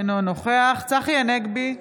אינו נוכח צחי הנגבי,